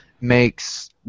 makes